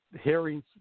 hearings